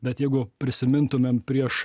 bet jeigu prisimintumėm prieš